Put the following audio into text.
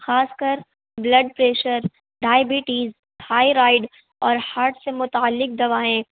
خاص کر blood pressure diabetes thyroid اور ہاٹ سے متعلق دوائیں